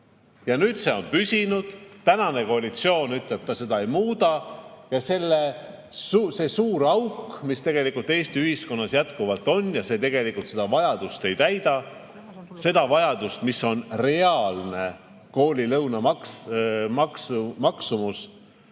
Nüüd see on püsinud. Tänane koalitsioon ütleb, et ta seda ei muuda. See suur auk, mis tegelikult Eesti ühiskonnas jätkuvalt on, see [praegune toetus] tegelikult vajadust ei täida, seda vajadust, mis on reaalne koolilõuna maksumus,